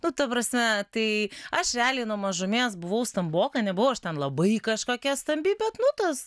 nu ta prasme tai aš realiai nuo mažumės buvau stamboka nebuvau aš ten labai kažkokia stambi bet nu tas